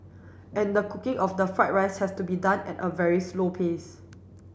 and the cooking of the fried rice has to be done at a very slow pace